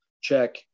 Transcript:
check